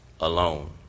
alone